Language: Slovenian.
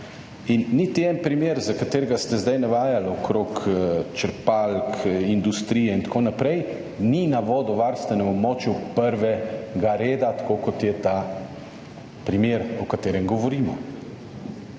In niti en primer, za katerega ste zdaj navajali okrog črpalk, industrije in tako naprej, ni na vodovarstvenem območju prvega reda, tako kot je ta primer, o katerem govorimo.